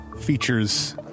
features